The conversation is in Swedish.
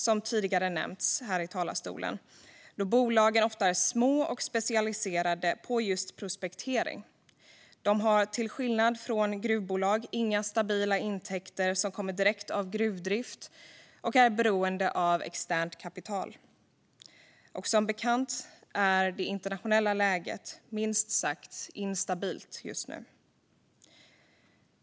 Bolagen är ofta små och specialiserade på just prospektering. De har, till skillnad från gruvbolag, inga stabila intäkter som kommer direkt av gruvdrift utan är beroende av externt kapital. Och som bekant är det internationella läget minst sagt instabilt just nu.